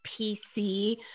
PC